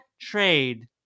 trade